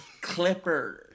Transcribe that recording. Clippers